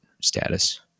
status